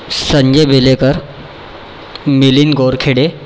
Sanjay Belekar Milind Gorkhede